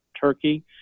Turkey